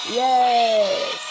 yes